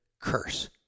curse